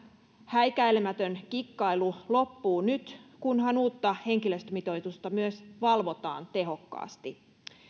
häikäilemätön kikkailu loppuu nyt kunhan uutta henkilöstömitoitusta myös valvotaan tehokkaasti